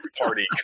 party